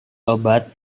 obat